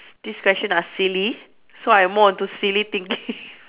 s~ this question are silly so I more onto silly thinking